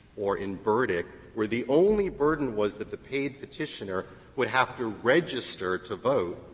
or in burdick, where the only burden was that the paid petitioner would have to register to vote,